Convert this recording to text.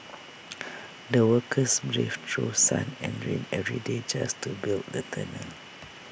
the workers braved through sun and rain every day just to build the tunnel